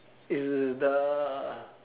it's the